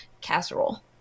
casserole